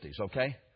okay